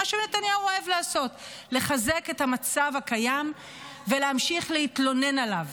מה שנתניהו אוהב לעשות: לחזק את המצב הקיים ולהמשיך להתלונן עליו,